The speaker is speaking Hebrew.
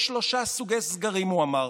יש שלושה סוגי סגרים, הוא אמר: